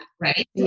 right